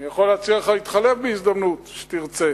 אני יכול להציע לך להתחלף בהזדמנות, כשתרצה,